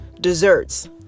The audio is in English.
desserts